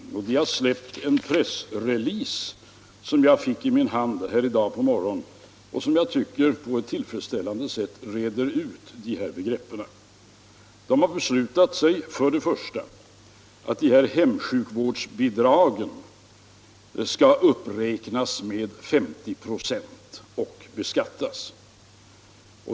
Landstinget har släppt en pressrelease, som jag fick i min hand i morse och som jag tycker på ett tillfredsställande sätt reder ut de här begreppen. Landstinget har beslutat sig för att hemsjukvårdsbidragen skall uppräknas med 50 ?6 och beskattas.